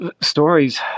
stories